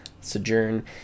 sojourn